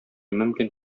мөмкин